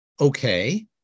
Okay